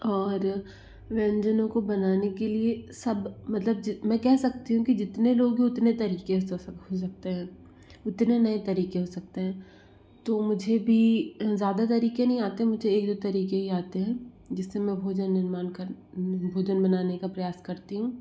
और व्यंजनों को बनाने के लिए सब मतलब जित मैं कह सकती हूँ कि जितने लोग हैं उतने तरीके से हो सक हो सकते हैं उतने नए तरीके हो सकते हैं तो मुझे भी ज़्यादा तरीके नही आते मुझे एक दो तरीके ही आते हैं जिससे मैं भोजन निर्माण कर भोजन बनाने का प्रयास करती हूँ